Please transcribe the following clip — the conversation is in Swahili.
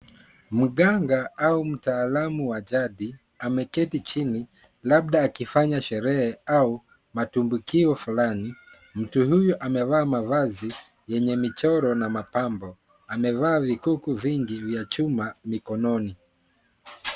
Mganga au mtaalamu wa jadi ameketi chini labda akifanya sherehe au matumbukio fulani. Mtu huyu amevaa mavazi yenye michoro na mapambo. Amevaa vikuku vingi vya chuma mikononi.